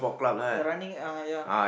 the running ah ya